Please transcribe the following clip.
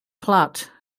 platt